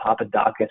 Papadakis